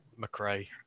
McRae